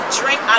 drink